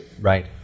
Right